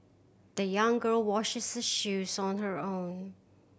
the young girl washes her shoes on her own